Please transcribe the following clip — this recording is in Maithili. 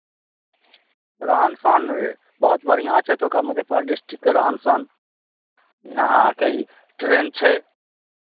रहन सहन बहुत बढ़िआँ छै एतुक्का मधेपुरा डिस्ट्रिक्टके रहन सहन अहाँके ई ट्रेन छै